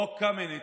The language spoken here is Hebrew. חוק קמיניץ,